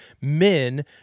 men